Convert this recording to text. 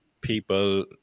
people